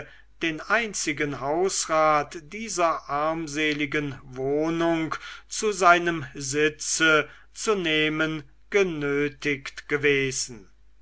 den einzigen hausrat dieser armseligen wohnung zu seinem sitze zu nehmen genötigt gewesen